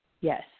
Yes